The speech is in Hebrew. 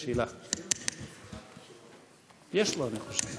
כדי לענות על שאילתה מס' 644. הנושא: